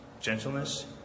gentleness